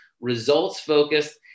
results-focused